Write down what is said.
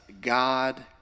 God